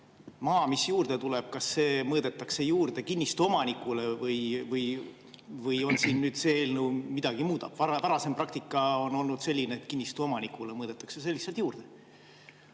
maa, mis juurde tuleb, mõõdetakse juurde kinnistu omanikule või siin nüüd see eelnõu midagi muudab? Varasem praktika on olnud selline, et kinnistu omanikule mõõdetakse see lihtsalt juurde.